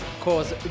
Cause